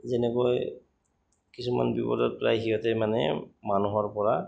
যেনেকৈ কিছুমান বিপদত প্ৰায় সিহঁতে মানে মানুহৰ পৰা